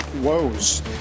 woes